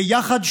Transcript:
ויחד,